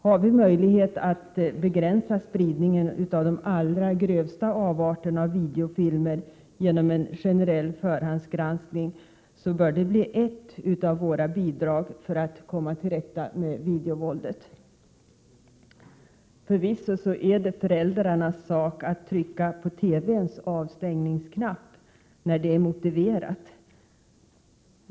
Har vi möjlighet att begränsa spridningen av de allra grövsta avarterna av videofilmer genom en generell förhandsgranskning, så bör det bli ett av våra bidrag för att komma till rätta med videovåldet. Förvisso är det föräldrarnas sak att trycka på TV-ns avstängningsknapp när det är motiverat.